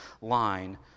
line